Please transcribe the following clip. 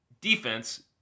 defense